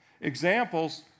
Examples